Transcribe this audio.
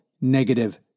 negative